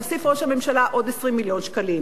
הוסיף ראש הממשלה עוד 20 מיליון שקלים.